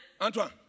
Antoine